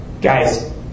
Guys